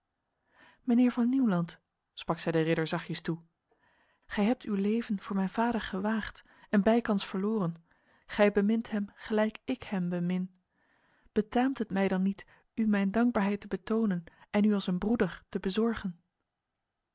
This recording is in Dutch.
mijnheer van nieuwland sprak zij de ridder zachtjes toe gij hebt uw leven voor mijn vader gewaagd en bijkans verloren gij bemint hem gelijk ik hem bemin betaamt het mij dan niet u mijn dankbaarheid te betonen en u als een broeder te bezorgen